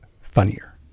funnier